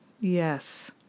Yes